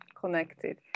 connected